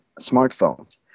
smartphones